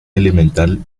elemental